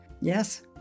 Yes